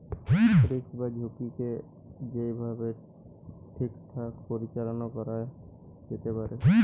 risk বা ঝুঁকিকে যেই ভাবে ঠিকঠাক পরিচালনা করা যেতে পারে